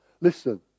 Listen